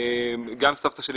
גם סבתא שלי,